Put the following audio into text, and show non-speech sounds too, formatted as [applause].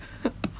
[laughs]